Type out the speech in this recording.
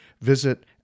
Visit